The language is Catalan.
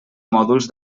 mòduls